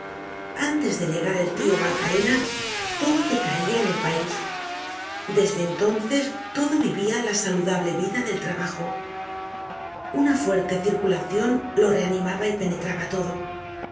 antes de llegar el tio magdalena todo decaia en el pais desde entonces todo vivia la saludable vida del trabajo una fuerte circulacion lo reanimaba y penetraba todo